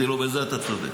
אמרתי לו: בזה אתה צודק.